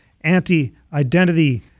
anti-identity